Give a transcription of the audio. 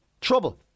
Trouble